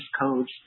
codes